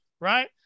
Right